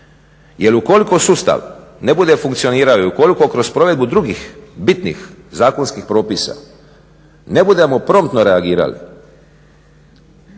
Jer u koliko sustav ne bude funkcionirao i ukoliko kroz provedbu drugih, bitnih zakonskih propisa ne budemo promptno reagirali,